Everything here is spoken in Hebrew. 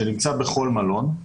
שנמצא בכל מלון,